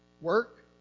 Work